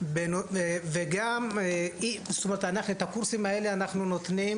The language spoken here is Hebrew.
וגם אנחנו את הקורסים האלה אנחנו נותנים